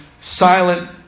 silent